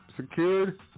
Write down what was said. Secured